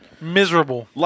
miserable